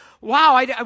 Wow